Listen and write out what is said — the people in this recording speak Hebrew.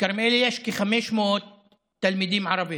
בכרמיאל יש כ-500 תלמידים ערבים.